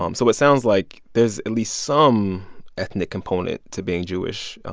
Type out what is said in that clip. um so it sounds like there's at least some ethnic component to being jewish.